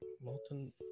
molten